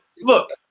look